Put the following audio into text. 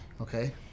Okay